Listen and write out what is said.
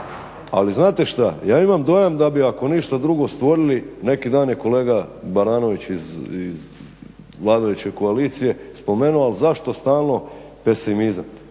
Ali znate što, ja imam dojam da bi ako ništa drugo stvorili, neki dan je kolega Baranović iz vladajuće koalicije spomenuo zašto stalno pesimizam?